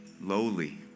lowly